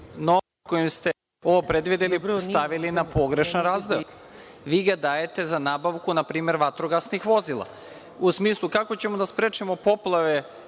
kojim ste ovim predvideli stavili na pogrešan razdeo. Vi ga dajete npr. za nabavku vatrogasnih vozila, u smislu kako ćemo da sprečimo poplave